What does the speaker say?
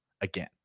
again